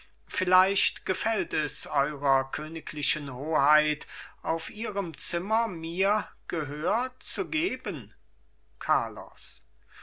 vielleicht gefällt es eurer königlichen hoheit auf ihrem zimmer mir gehör zu geben carlos